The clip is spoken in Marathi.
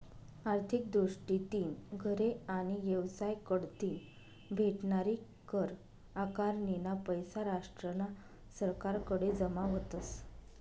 आर्थिक दृष्टीतीन घरे आणि येवसाय कढतीन भेटनारी कर आकारनीना पैसा राष्ट्रना सरकारकडे जमा व्हतस